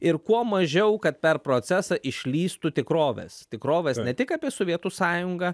ir kuo mažiau kad per procesą išlįstų tikrovės tikrovės ne tik apie sovietų sąjungą